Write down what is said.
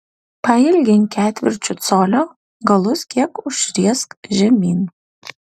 pailgink ketvirčiu colio galus kiek užriesk žemyn